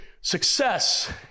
success